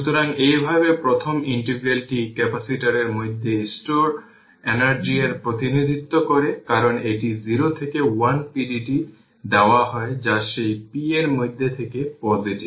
সুতরাং এইভাবে প্রথম ইন্টিগ্রালটি ক্যাপাসিটরের মধ্যে স্টোর এনার্জি এর প্রতিনিধিত্ব করে কারণ এটি 0 থেকে 1 pdt দেওয়া হয় যা সেই p এর মধ্যে থাকে পজিটিভ